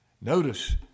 Notice